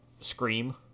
Scream